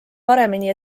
paremini